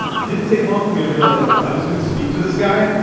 it didn't take long for me to realize that if i was gonna speak to this guy,